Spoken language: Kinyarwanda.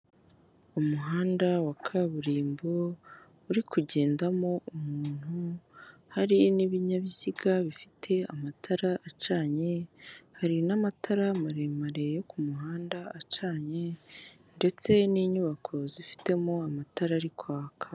Umuhanda wa kaburimbo, uri kugendamo umuntu, hari n'ibinyabiziga bifite amatara acanye, hari n'amatara maremare yo ku muhanda acanye ndetse n'inyubako zifitemo amatara ari kwaka.